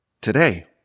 today